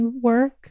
work